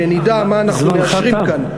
שנדע מה אנחנו מאשרים כאן,